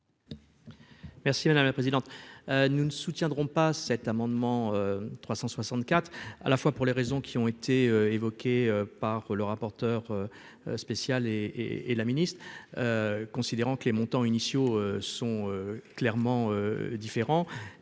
Merci madame la présidente, nous ne soutiendrons pas cet amendement 364 à la fois pour les raisons qui ont été évoquées par le rapporteur spécial et et la ministre, considérant que les montants initiaux sont clairement différents